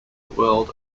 world